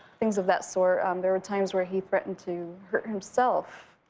things of that sort. there were times where he threatened to hurt himself.